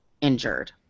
injured